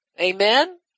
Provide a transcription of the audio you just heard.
Amen